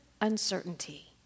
uncertainty